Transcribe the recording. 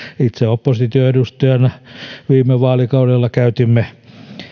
itse opposition edustajina viime vaalikaudella käytimme